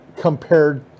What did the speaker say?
compared